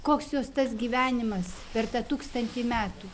koks jos tas gyvenimas per tą tūkstantį metų